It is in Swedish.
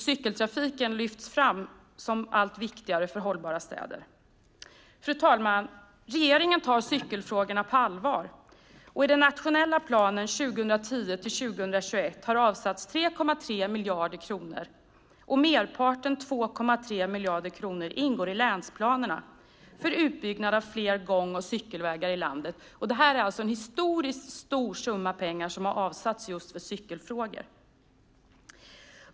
Cykeltrafiken lyfts fram som allt viktigare för hållbara städer. Fru talman! Regeringen tar cykelfrågorna på allvar. I den nationella planen 2010-2021 har avsatts 3,3 miljarder kronor. Merparten, 2,3 miljarder kronor, ingår i länsplanerna för utbyggnad av fler gång och cykelvägar i landet. Detta är en historiskt stor summa pengar som har avsatts just för cykelfrågor.